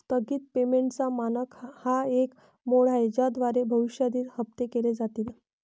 स्थगित पेमेंटचा मानक हा एक मोड आहे ज्याद्वारे भविष्यातील हप्ते केले जातील